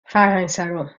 فرهنگسرا